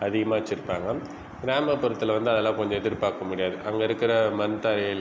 அதிகமாக வைச்சிருப்பாங்க கிராமப்புறத்தில் வந்து அதெல்லாம் கொஞ்சம் எதிர்பார்க்க முடியாது அங்கயிருக்கிற மண் தரையில்